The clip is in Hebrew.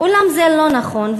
אולם זה לא נכון,